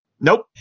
Nope